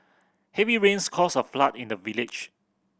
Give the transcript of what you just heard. heavy rains caused a flood in the village